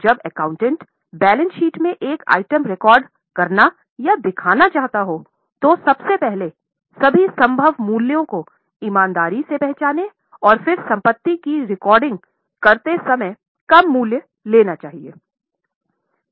तो जब accountant balance sheet में एक आइटम रिकॉर्ड करना या दिखाना चाहता हो तो सबसे पहले सभी संभव मूल्यों को ईमानदारी से पहचानें और फिर संपत्ति की रिकॉर्डिंग करते समय कम मूल्य लेना चाहिये